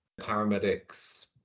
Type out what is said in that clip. Paramedics